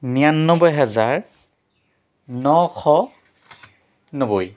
নিয়ান্নব্বৈ হাজাৰ নশ নব্বৈ